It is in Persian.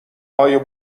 های